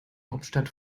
hauptstadt